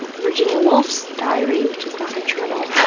virginia woolf's diary, which is not a journal,